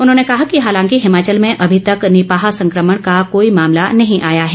उन्होंने कहा कि हालांकि हिमाचल में अभी तक निपाह संक्रमण का कोई मामला नहीं आया है